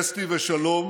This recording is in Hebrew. אסתי ושלום